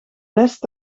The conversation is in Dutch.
best